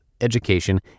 education